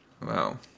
wow